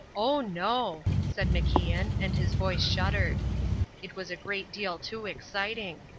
oh, no, said macian, and his voice shuddered it was a great deal too exciting.